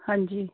ਹਾਂਜੀ